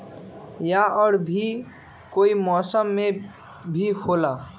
या और भी कोई मौसम मे भी होला?